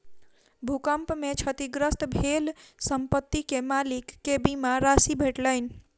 भूकंप में क्षतिग्रस्त भेल संपत्ति के मालिक के बीमा राशि भेटलैन